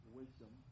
wisdom